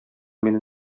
мине